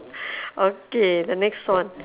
okay the next one